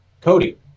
Cody